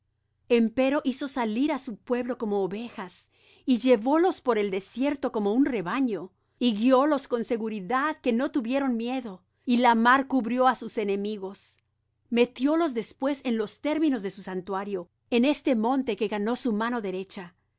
chm empero hizo salir á su pueblo como ovejas y llevólos por el desierto como un rebaño y guiólos con seguridad que no tuvieron miedo y la mar cubrió á sus enemigos metiólos después en los términos de su santuario en este monte que ganó su mano derecha